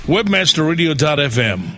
Webmasterradio.fm